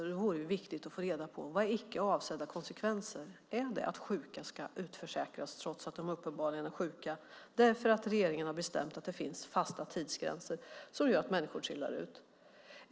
Det vore viktigt att få reda på: Vad är icke avsedda konsekvenser? Är det att sjuka ska utförsäkras trots att de uppenbarligen är sjuka därför att regeringen har bestämt att det ska finnas fasta tidsgränser som gör att människor trillar ut?